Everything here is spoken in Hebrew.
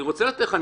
אני רוצה לתת לך.